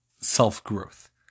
self-growth